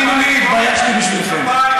כפיים,